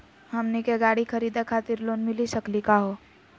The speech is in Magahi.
हमनी के गाड़ी खरीदै खातिर लोन मिली सकली का हो?